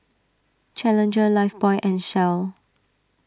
Challenger Lifebuoy and Shell